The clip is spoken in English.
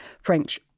French